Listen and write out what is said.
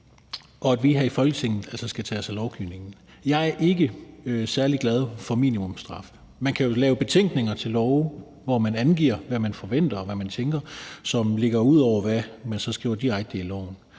og at vi her i Folketinget skal tage os af lovgivningen. Jeg er ikke særlig glad for minimumsstraffe. Man kan jo lave betænkninger til lovforslag, hvor man angiver, hvad man forventer, og hvad man tænker, som ligger ud over, hvad man skriver direkte i loven,